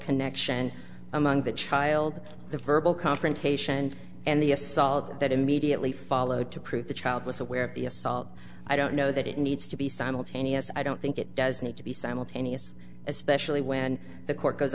connection among the child the verbal confrontation and the assault that immediately followed to prove the child was aware of the assault i don't know that it needs to be simultaneous i don't think it does need to be simultaneous especially when the court goes